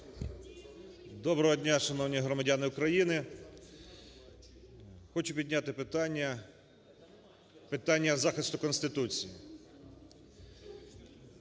Доброго дня, шановні громадяни України. Хочу підняти питання, питання захисту Конституції.